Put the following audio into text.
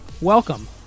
Welcome